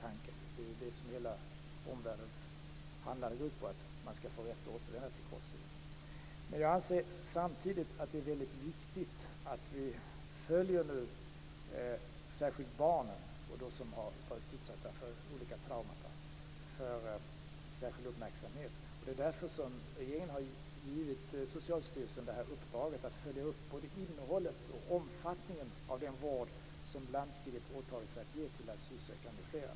Vad hela omvärldens handlande går ut på är ju att man skall få rätt att återvända till Kosovo. Samtidigt anser jag att det är väldigt viktigt att vi med särskild uppmärksamhet följer särskilt barnen och dem som varit utsatta för olika trauman. Det är därför som regeringen har givit Socialstyrelsen i uppdrag att följa upp både innehållet och omfattningen av den vård som landstinget har åtagit sig att ge asylsökande m.fl.